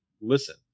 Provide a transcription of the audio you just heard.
Listen